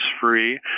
free